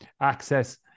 Access